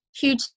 huge